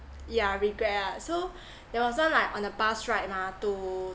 yeah regret ah so there was one like on a bus ride mah to